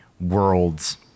world's